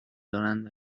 دارند